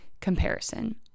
comparison